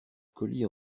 colis